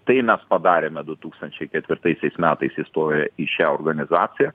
tai mes padarėme du tūkstančiai ketvirtaisiais metais įstoję į šią organizaciją